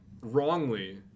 wrongly